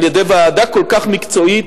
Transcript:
על-ידי ועדה כל כך מקצועית,